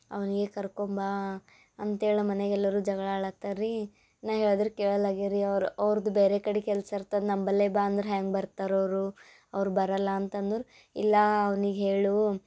ಅವನಿಗೇ ಕರ್ಕೊಂಡ್ ಬಾ ಅಂತೇಳಿ ನಮ್ಮ ಮನೆಗೆ ಎಲ್ಲರೂ ಜಗಳ ಆಳತ್ತರೆ ರೀ ನಾ ಹೇಳ್ದ್ರೆ ಕೇಳಲ್ಲಾಗ್ಯಾರೆ ರೀ ಅವ್ರು ಅವ್ರದ್ದು ಬೇರೆ ಕಡೆ ಕೆಲ್ಸ ಇರ್ತದೆ ನಮ್ಮಲ್ಲೇ ಬಾ ಅಂದ್ರೆ ಹೆಂಗೆ ಬರ್ತಾರೆ ಅವರು ಅವ್ರು ಬರಲ್ಲ ಅಂತಂದರ್ ಇಲ್ಲ ಅವ್ನಿಗೆ ಹೇಳು